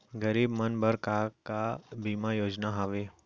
गरीब मन बर का का बीमा योजना हावे?